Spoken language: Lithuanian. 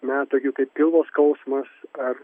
na tokių kaip pilvo skausmas ar